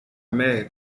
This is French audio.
mère